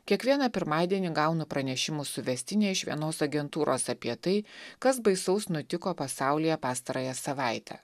kiekvieną pirmadienį gaunu pranešimų suvestinę iš vienos agentūros apie tai kas baisaus nutiko pasaulyje pastarąją savaitę